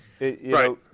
Right